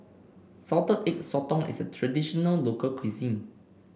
Salted Egg Sotong is a traditional local cuisine